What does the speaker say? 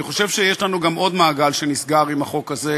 אני חושב שיש לנו גם עוד מעגל שנסגר עם החוק הזה,